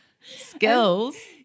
skills